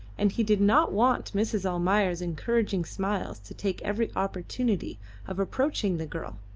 and he did not want mrs. almayer's encouraging smiles to take every opportunity of approaching the girl